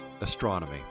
astronomy